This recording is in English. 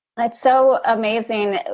but so amazing ah